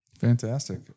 Fantastic